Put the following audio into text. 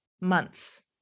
months